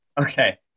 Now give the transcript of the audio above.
Okay